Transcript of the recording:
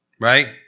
Right